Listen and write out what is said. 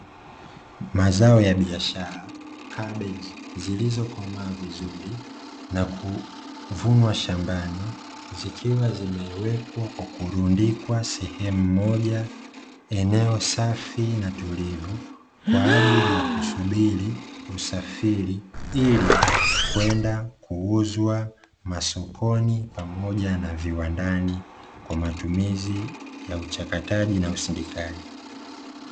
Mazao ya biashara yamekuwa kwa kurundikwa sehemu moja safi na tulivu kwa ajili ya kusubiri usafiri, ili kwenda kuuzwa masokoni pamoja na viwandani kwa matumizi na usindikaji.